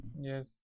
Yes